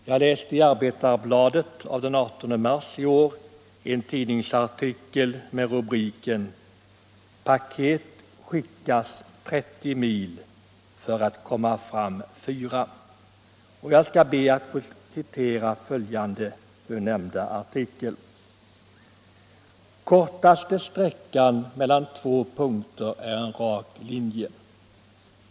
Jag läste i Arbetarbladet av den 18 mars i år en artikel med rubriken: "Paket skickas 30 mil för att komma fram 4.” Jag skall be att få citera följande ur nämnda artikel: ”Kortaste sträckan mellan två punkter är en rak linje.